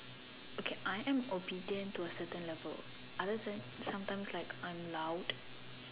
okay I am obedient to a certain level other than sometimes like I'm loud